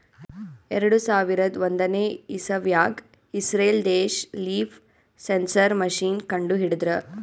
ಎರಡು ಸಾವಿರದ್ ಒಂದನೇ ಇಸವ್ಯಾಗ್ ಇಸ್ರೇಲ್ ದೇಶ್ ಲೀಫ್ ಸೆನ್ಸರ್ ಮಷೀನ್ ಕಂಡು ಹಿಡದ್ರ